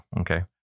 okay